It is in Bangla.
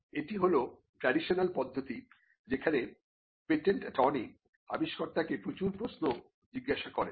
এটি হল ট্রেডিশনাল পদ্ধতি যেখানে পেটেন্ট অ্যাটর্নি আবিষ্কর্তাকে প্রচুর প্রশ্ন জিজ্ঞাসা করেন